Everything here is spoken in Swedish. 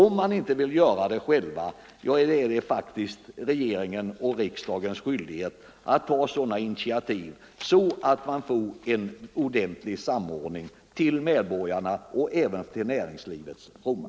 Om företagen inte själva vill verka i detta syfte är det faktiskt regeringens och riksdagens skyldighet att ta sådana initiativ att man får en ordentlig samordning, till medborgarnas och även till näringslivets fromma.